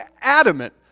adamant